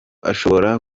ashobora